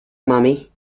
mummy